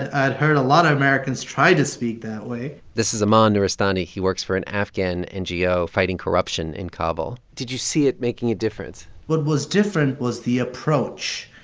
had heard a lot of americans try to speak that way this is aman um ah nuristani. he works for an afghan ngo fighting corruption in kabul did you see it making a difference? what was different was the approach.